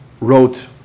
wrote